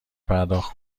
پرداخت